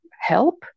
help